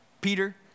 Peter